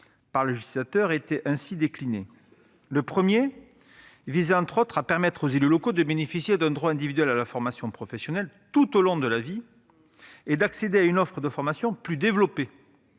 premier de ces objectifs visait, entre autres, à « permettre aux élus locaux de bénéficier de droits individuels à la formation professionnelle tout au long de la vie et d'accéder à une offre de formation plus développée,